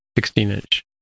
16-inch